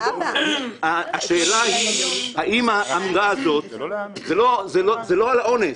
השאלה היא האם האמירה הזאת זה לא על האונס